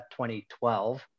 2012